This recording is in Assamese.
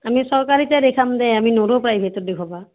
আমি চৰকাৰীতেই দেখাম দে আমি নোৱাৰো প্ৰাইভেটত দেখুৱাব